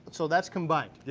so that's combined, yeah